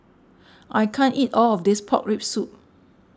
I can't eat all of this Pork Rib Soup